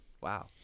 Wow